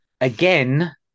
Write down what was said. again